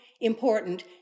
important